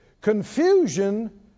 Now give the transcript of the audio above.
Confusion